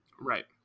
right